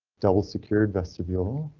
double secured vestibule.